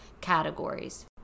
categories